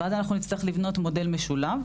ואז אנחנו נצטרך לבנות מודל משולב,